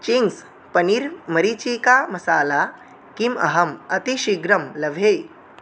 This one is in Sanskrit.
चिङ्ग्स् पनीर् मरीचिका मसाला किम् अहम् अतिशीघ्रं लभे